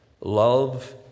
love